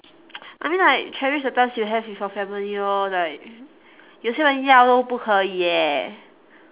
I mean like cherish the times you have with your family lor like you say